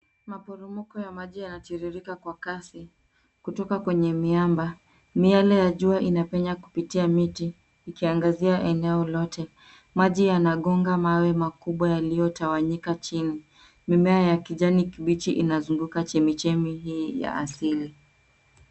Maporomoko ya maji yanatiririka kwa kasi kutoka kwenye miamba. Miale ya jua inapenya kupitia miti ikiangazia eneo lote. Maji yanagonga mawe makubwa yaliyotawanyika chini. Mimea ya kijani kibichi inazunguka chemichemi hii ya asili.